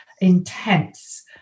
intense